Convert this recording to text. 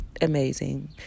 amazing